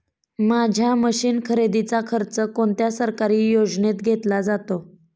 माझ्या मशीन खरेदीचा खर्च कोणत्या सरकारी योजनेत घेतला जातो?